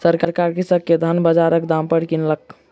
सरकार कृषक के धान बजारक दाम पर किनलक